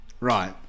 Right